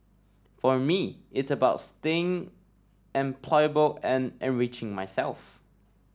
for me it's about staying employable and enriching myself